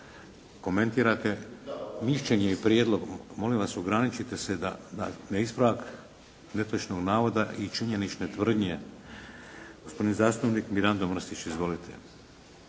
komentirate mišljenje i prijedlog. Molim vas ograničite se da na ispravak netočnog navoda i činjenične tvrdnje. Gospodin zastupnik Mirando Mrsić. Izvolite.